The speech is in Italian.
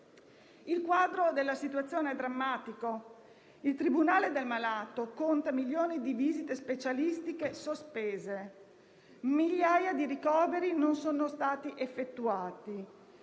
Il quadro della situazione è drammatico. Il tribunale del malato conta milioni di visite specialistiche sospese; migliaia di ricoveri non sono stati effettuati;